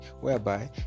whereby